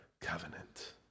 covenant